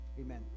amen